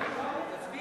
(שירות ללקוח) (תיקון,